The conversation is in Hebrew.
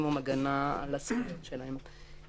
במקסימום הגנה על הזכויות שלהם.